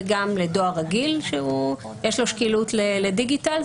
וגם לדואר רגיל שיש לו שקילות לדיגיטל.